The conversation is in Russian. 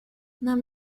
нам